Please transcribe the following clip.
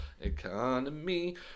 Economy